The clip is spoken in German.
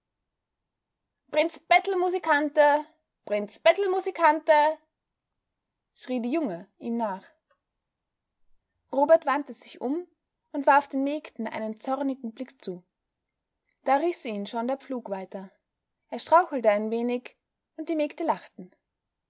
prinz bettelmusikante prinz bettelmusikante schrie die junge ihm nach robert wandte sich um und warf den mägden einen zornigen blick zu da riß ihn schon der pflug weiter er strauchelte ein wenig und die mägde lachten